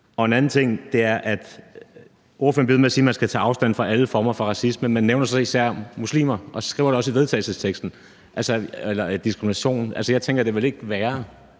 Den anden ting er, at ordføreren bliver ved med at sige, at man skal tage afstand fra alle former for racisme, men nævner så især muslimer og skriver det også i vedtagelsesteksten. Altså, jeg tænker, det vel ikke er værre,